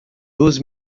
duas